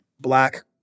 black